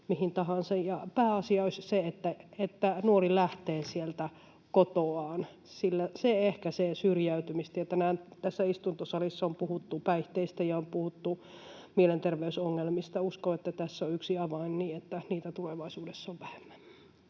pääasia olisi se, että nuori lähtee sieltä kotoaan, sillä se ehkäisee syrjäytymistä. Tänään tässä istuntosalissa on puhuttu päihteistä ja on puhuttu mielenterveysongelmista, ja uskon, että tässä on yksi avain siihen, että niitä tulevaisuudessa on vähemmän.